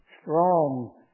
strong